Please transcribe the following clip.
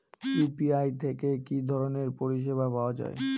UPI থেকে কি ধরণের পরিষেবা পাওয়া য়ায়?